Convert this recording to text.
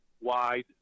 wide